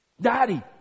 Daddy